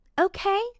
Okay